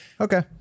Okay